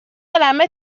عالمه